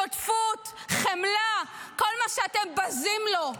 שותפות, חמלה, כל מה שאתם בזים לו.